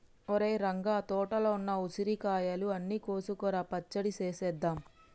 ఒరేయ్ రంగ తోటలో ఉన్న ఉసిరికాయలు అన్ని కోసుకురా పచ్చడి సేసేద్దాం